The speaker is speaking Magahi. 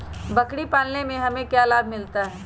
बकरी पालने से हमें क्या लाभ मिलता है?